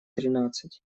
тринадцать